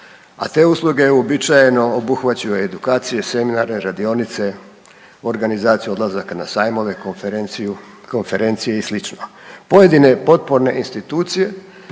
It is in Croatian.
a te usluge uobičajeno obuhvaćaju edukacije, seminare, radionice, organizacije odlazaka na sajmove, konferencije i sl. Pojedine potporne institucije